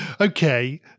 Okay